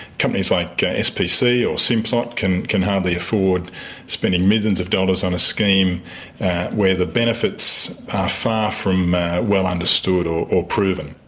companies like spc or simplot can can hardly afford spending millions of dollars on a scheme where the benefits are far from well understood or or proven.